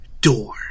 door